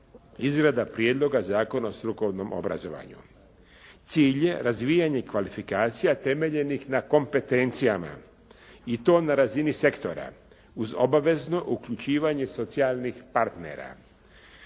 izrada prijedloga Zakona o strukovnom obrazovanju. Cilj je razvijanje kvalifikacija temeljenih na kompetencijama i to na razini sektora uz obavezno uključivanje socijalnih partnera.